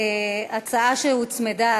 הצעה שהוצמדה,